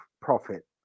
profit